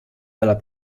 dalla